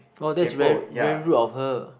oh that's very very rude of her